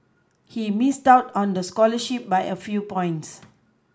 he Missed out on the scholarship by a few points